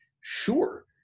sure